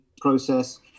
process